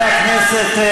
זאת מחמאה.